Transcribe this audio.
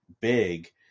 big